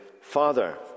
Father